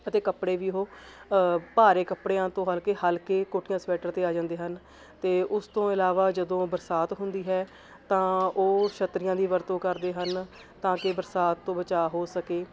ਅਤੇ ਕੱਪੜੇ ਵੀ ਉਹ ਭਾਰੇ ਕੱਪੜਿਆਂ ਤੋਂ ਹਲਕੇ ਹਲਕੇ ਕੋਟੀਆਂ ਸਵੈਟਰ 'ਤੇ ਆ ਜਾਂਦੇ ਹਨ ਅਤੇ ਉਸ ਤੋਂ ਇਲਾਵਾ ਜਦੋਂ ਬਰਸਾਤ ਹੁੰਦੀ ਹੈ ਤਾਂ ਉਹ ਛੱਤਰੀਆਂ ਦੀ ਵਰਤੋਂ ਕਰਦੇ ਹਨ ਤਾਂ ਕਿ ਬਰਸਾਤ ਤੋਂ ਬਚਾਅ ਹੋ ਸਕੇ